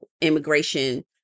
immigration